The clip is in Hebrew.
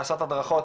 לעשות הדרכות.